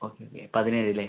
okay okay പതിനേഴല്ലേ